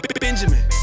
Benjamin